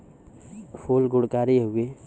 फूल गुणकारी हउवे